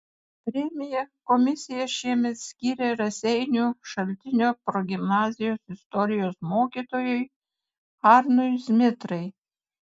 premiją komisija šiemet skyrė raseinių šaltinio progimnazijos istorijos mokytojui arnui zmitrai